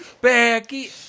Becky